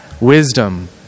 wisdom